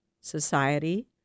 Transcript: society